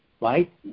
right